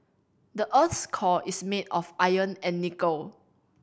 the earth's core is made of iron and nickel